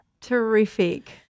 terrific